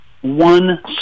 one